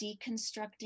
deconstructing